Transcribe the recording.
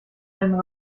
einen